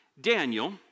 Daniel